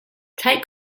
tight